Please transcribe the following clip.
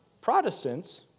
Protestants